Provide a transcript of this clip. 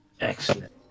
Excellent